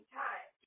time